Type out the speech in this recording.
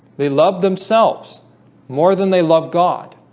they love themselves more than they love god.